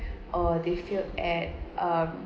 or they failed at um